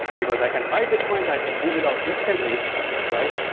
because i can buy bit coins, i can move it out instantly right?